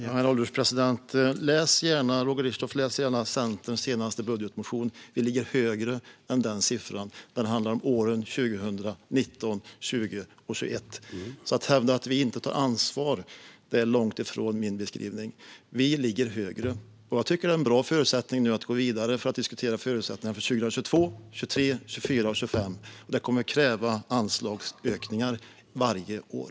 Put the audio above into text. Herr ålderspresident! Läs gärna Centerns senaste budgetmotion, Roger Richtoff! Vi ligger högre än den siffran. Den handlar om åren 2019, 20 och 21. Att vi inte tar ansvar, som Roger Richtoff hävdar, är långt ifrån min beskrivning. Vi ligger högre. Jag tycker att detta är en bra förutsättning för att gå vidare och diskutera förutsättningarna för 2022, 23, 24 och 25. Det kommer att krävas anslagsökningar varje år.